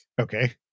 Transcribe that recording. Okay